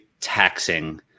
taxing